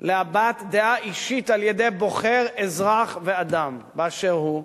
להבעת דעה אישית על-ידי בוחר, אזרח ואדם באשר הוא,